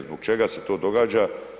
Zbog čega se to događa?